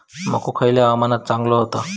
मको खयल्या हवामानात चांगलो होता?